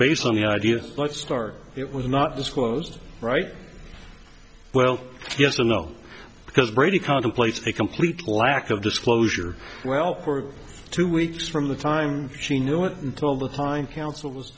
based on the idea let's start it was not disclosed right well yes or no because brady contemplates a complete lack of disclosure well for two weeks from the time she knew it until the time council was